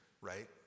right